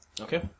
Okay